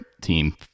team